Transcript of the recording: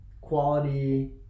quality